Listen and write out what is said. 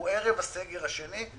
הוא ערב הסגר השני,